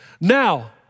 Now